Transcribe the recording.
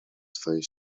swojej